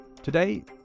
Today